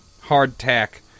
hardtack